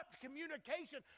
communication